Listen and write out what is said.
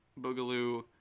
Boogaloo